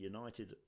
United